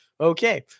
Okay